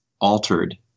altered